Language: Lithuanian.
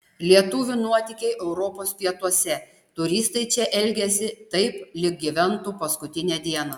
lietuvių nuotykiai europos pietuose turistai čia elgiasi taip lyg gyventų paskutinę dieną